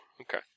okay